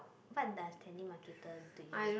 what does telemarketer do usually